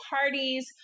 parties